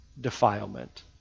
defilement